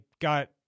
got